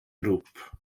grŵp